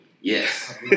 Yes